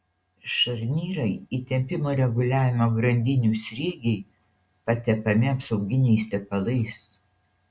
šarnyrai įtempimo reguliavimo grandinių sriegiai patepami apsauginiais tepalais